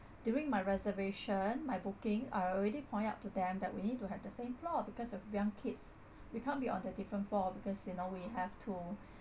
during my reservation my booking I already point out to them that we need to have the same floor because of young kids we can't be on the different floor because you know we have to